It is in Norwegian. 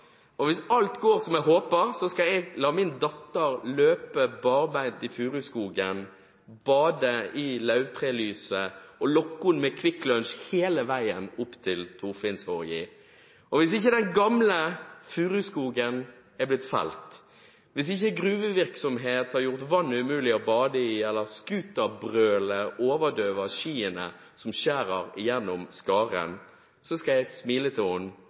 og hvis alt går som jeg håper, skal jeg la min datter løpe barbeint i furuskogen, bade i lauvtrelyset og lokke henne med kvikklunsj hele veien opp til Torfinnsho. Og hvis ikke den gamle furuskogen er blitt felt, hvis ikke gruvevirksomhet har gjort vannet umulig å bade i, eller skuterbrølet overdøver skiene som skjærer gjennom skaren, så skal jeg smile til